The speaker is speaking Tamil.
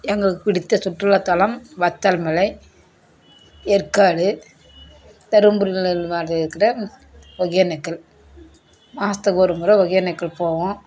எங்களுக்கு பிடித்த சுற்றுலாத்தலம் வத்தல் மலை ஏற்காடு தர்மபுரியில் இருக்கிற ஒகேனக்கல் மாதத்துக்கு ஒரு முறை ஒகேனக்கல் போவோம்